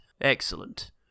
Excellent